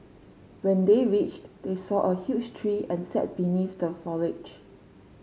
when they reached they saw a huge tree and sat beneath the foliage